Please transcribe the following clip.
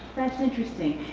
that's interesting.